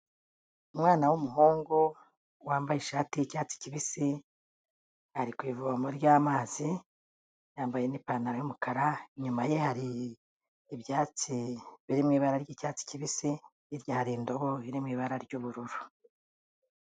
Umwana w'umuhungu wambaye ishati y'icyatsi kibisi ari ku ivoma ry'amazi yambaye n'ipantaro y'umukara, inyuma ye hari ibyatsi biri mu ibara ry'icyatsi kibisi, hirya hari indobo iri mu ibara ry'ubururu.